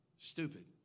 Stupid